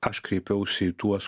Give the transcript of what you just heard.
aš kreipiausi į tuos